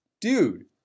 dude